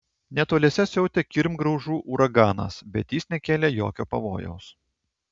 netoliese siautė kirmgraužų uraganas bet jis nekėlė jokio pavojaus